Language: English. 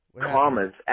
Comments